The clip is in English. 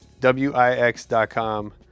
W-I-X.com